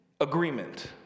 agreement